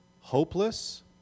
hopeless